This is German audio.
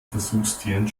versuchstieren